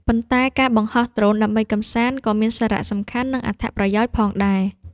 ប៉ុន្តែការបង្ហោះដ្រូនដើម្បីកម្សាន្ត ក៏មានសារៈសំខាន់ និងអត្ថប្រយោជន៍ផងដែរ។